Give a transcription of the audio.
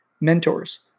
mentors